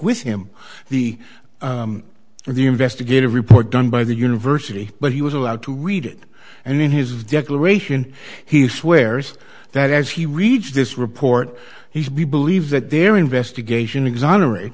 with him the the investigative report done by the university but he was allowed to read it and in his declaration he swears that as he reads this report he's be believed that their investigation exonerate